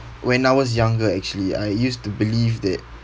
when I was younger actually I used to believe that